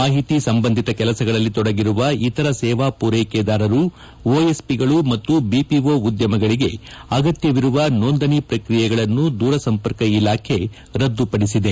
ಮಾಹಿತಿ ಸಂಬಂಧಿತ ಕೆಲಸಗಳಲ್ಲಿ ತೊಡಗಿರುವ ಇತರ ಸೇವಾ ಪೂರ್ಸೆಕೆದಾರರು ಒಎಸ್ಪಿಗಳು ಮತ್ತು ಬಿಪಿಒ ಉದ್ದಮಗಳಿಗೆ ಅಗತ್ವವಿರುವ ನೋಂದಣಿ ಪ್ರಕ್ರಿಯೆಗಳನ್ನು ದೂರಸಂಪರ್ಕ ಇಲಾಖೆ ರದ್ದುಪಡಿಸಿದೆ